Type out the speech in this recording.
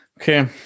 Okay